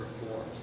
reforms